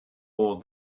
all